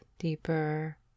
deeper